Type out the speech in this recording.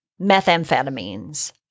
methamphetamines